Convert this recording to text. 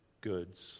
goods